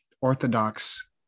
orthodox